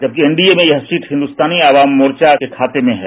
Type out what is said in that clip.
जबकि एनडीए में यह सीट हिंदुस्तानी अवाम मोर्चा के खाते में है